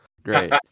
great